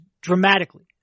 dramatically